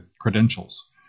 credentials